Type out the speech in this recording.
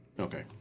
Okay